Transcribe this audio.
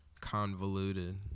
convoluted